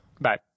Bye